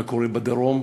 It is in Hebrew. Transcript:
מה קורה בדרום,